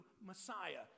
Messiah